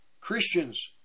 Christians